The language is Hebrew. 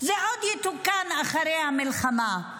זה עוד יתוקן אחרי המלחמה.